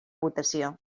votació